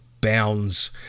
bounds